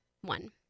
one